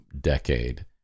decade